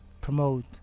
promote